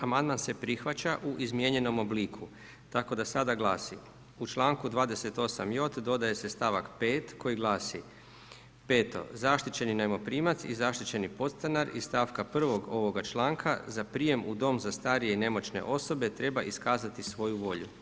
Amandman se prihvaća u izmijenjenom obliku, tako da sada glasi: „U članku 28.j dodaje se stavak 5 koji glasi: 5. zaštićeni najmoprimac i zaštićeni podstanar iz stavka 1. ovog članaka za prijem u dom za starije i nemoćne osobe treba iskazati svoju volju.